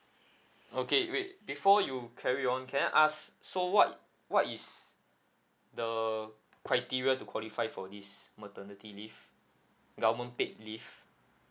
okay wait before you carry on can I ask so what what is the criteria to qualify for this maternity leave government paid leave